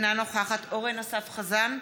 אינה נוכחת אורן אסף חזן,